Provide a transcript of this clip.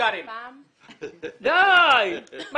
יחד